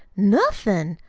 nothin'!